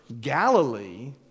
Galilee